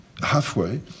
halfway